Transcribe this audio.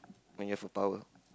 when you have a power